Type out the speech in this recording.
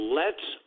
lets